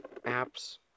Apps